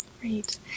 Great